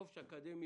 חופש אקדמי